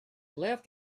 left